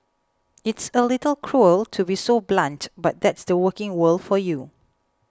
it's a little cruel to be so blunt but that's the working world for you